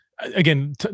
again